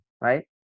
right